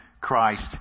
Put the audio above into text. Christ